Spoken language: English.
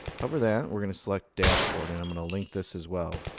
hover that, we're going to select dashboard, and i'm going to link this as well.